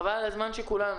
חבל על הזמן של כולנו.